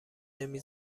نمی